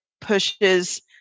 pushes